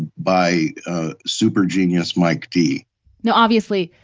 by super genius mike dee now, obviously,